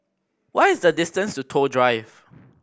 what is the distance to Toh Drive